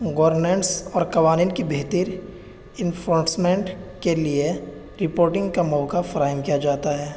governance اور قوانین کی بہتر انفورسمنٹ کے لیے رپوٹنگ کا موقع فراہم کیا جاتا ہے